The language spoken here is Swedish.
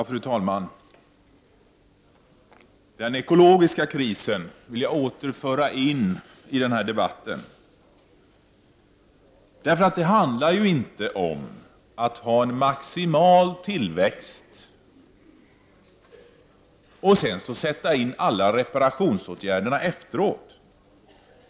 Fru talman! Den ekologiska krisen vill jag åter föra in i debatten. Det handlar inte om att ha en maximal tillväxt och sedan sätta in reparationsåtgärder efteråt.